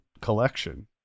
collection